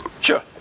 Sure